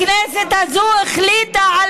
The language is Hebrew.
אני רוצה לשאול שאלה אחת: הכנסת הזאת החליטה על